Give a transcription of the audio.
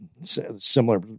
similar